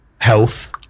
Health